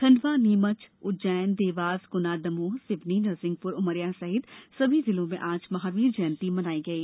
खंडवा नीमच उज्जैन देवास ग्ना दमोह सिवनी नरसिंहप्र उमरिया सहित सभी जिलों में आज महावीर जंयती मनाई गई